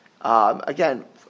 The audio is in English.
Again